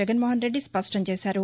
జగన్మోహన్రెద్ది స్పష్టంచేశారు